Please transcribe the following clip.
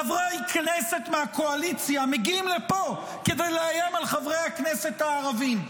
חברי כנסת מהקואליציה מגיעים לפה כדי לאיים על חברי הכנסת הערבים.